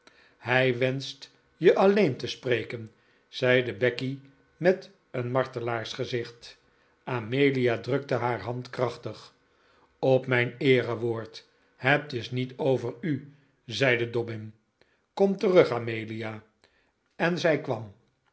hij wenscht je alleen te spreken zeide becky met een martelaarsgezicht amelia drukte haar hand krachtig op mijn eerewoord het is niet over u zeide dobbin kom terug amelia en zij kwam